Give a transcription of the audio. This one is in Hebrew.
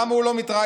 למה הוא לא מתראיין?